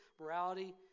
morality